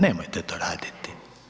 Nemojte to raditi.